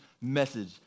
message